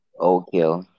Okay